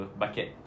bucket